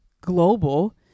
global